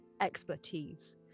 expertise